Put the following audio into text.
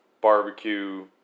barbecue